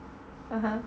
(uh huh)